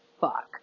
fuck